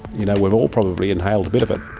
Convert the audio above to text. you know, we've all probably inhaled a bit of it.